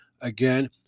again